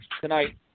tonight